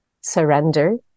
surrender